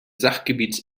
sachgebiets